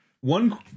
One